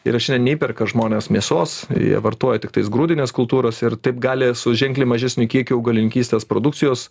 ir šiandien neįperka žmonės mėsos jie vartoja tiktais grūdines kultūras ir taip gali su ženkliai mažesniu kiekiu augalininkystės produkcijos